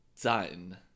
done